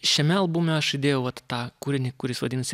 šiame albume aš įdėjau vat tą kūrinį kuris vadinasi